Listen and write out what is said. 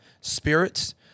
spirits